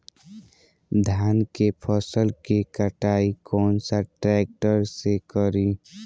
धान के फसल के कटाई कौन सा ट्रैक्टर से करी?